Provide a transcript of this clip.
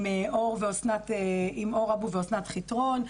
עם אור אבו ואסנת חיטרון,